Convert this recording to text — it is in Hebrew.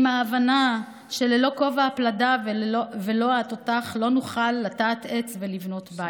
עם ההבנה "שבלי כובע הפלדה ולוע התותח לא נוכל לטעת עץ ולבנות בית".